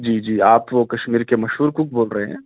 جی جی آپ کشمیر کے مشہور کک بول رہے ہیں